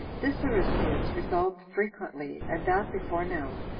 this aristeus resolved frequently, and that before now,